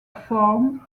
form